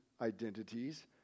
identities